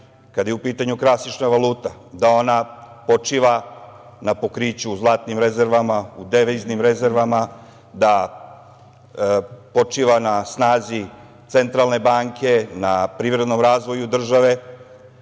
kada je u pitanju klasična valuta, da ona počiva na pokriću, zlatnim rezervama, u deviznim rezervama, da počiva na snazi centralne banke, na privrednom razvoju države. Takođe,